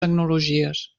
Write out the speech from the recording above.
tecnologies